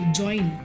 join